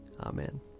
Amen